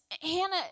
Hannah